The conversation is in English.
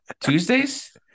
Tuesdays